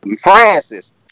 Francis